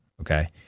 okay